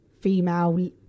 female